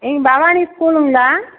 இது பவானி ஸ்கூலுங்களா